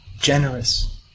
generous